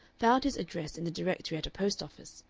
found his address in the directory at a post-office,